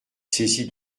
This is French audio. saisie